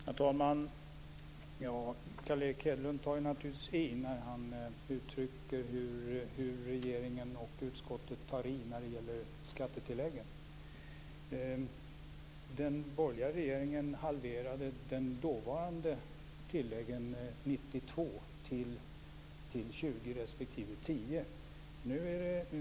Herr talman! Carl Erik Hedlund överdriver naturligtvis när han uttrycker hur regeringen och utskottet tar i när det gäller skattetilläggen. Den borgerliga regeringen halverade de dåvarande tilläggen 1992 till 20 % respektive 10 %.